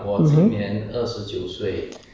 mmhmm